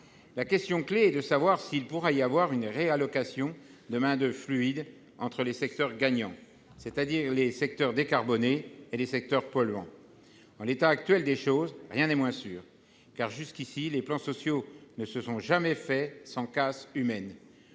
La question clé est de savoir s'il pourra y avoir une réallocation de main-d'oeuvre fluide entre les secteurs gagnants, c'est-à-dire les secteurs décarbonés, et les secteurs polluants. Dans la situation actuelle, rien n'est moins sûr, car, jusqu'à présent, les plans sociaux ne se sont jamais faits sans casse humaine,